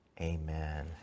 Amen